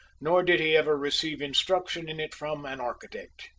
nor did he ever receive instruction in it from an architect.